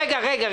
רגע.